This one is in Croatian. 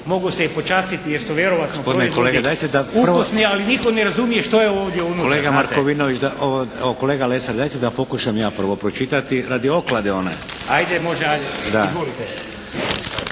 da pokušam ja prvo pročitati radi oklade one.